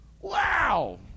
Wow